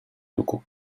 locaux